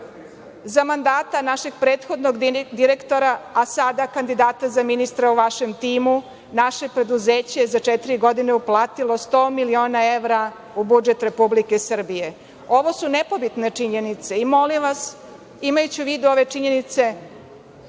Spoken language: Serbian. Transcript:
Za mandata našeg prethodnog direktora, a sada kandidata za ministra u vašem timu, naše preduzeće je za četiri godine uplatilo 100 miliona evra u budžet Republike Srbije. Ovo su nepobitne činjenice i molim vas, imajući u vidu ove činjenice,